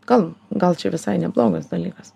gal gal čia visai neblogas dalykas